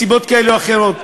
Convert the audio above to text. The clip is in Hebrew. מסיבות כאלה או אחרות.